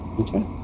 Okay